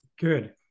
Good